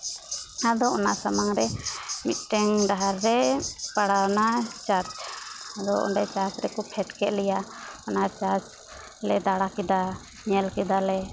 ᱟᱫᱚ ᱚᱱᱟ ᱥᱟᱢᱟᱝ ᱨᱮ ᱢᱤᱫᱴᱮᱱ ᱰᱟᱦᱟᱨ ᱨᱮ ᱯᱟᱲᱟᱣᱱᱟ ᱪᱟᱨᱪ ᱟᱫᱚ ᱚᱸᱰᱮ ᱪᱟᱨᱪ ᱨᱮᱠᱚ ᱯᱷᱮᱰ ᱠᱮᱫ ᱞᱮᱭᱟ ᱚᱱᱟ ᱪᱟᱨᱪ ᱞᱮ ᱫᱟᱬᱟ ᱠᱮᱫᱟ ᱧᱮᱞ ᱠᱮᱫᱟ ᱞᱮ